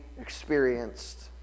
experienced